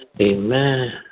Amen